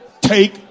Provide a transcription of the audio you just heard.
Take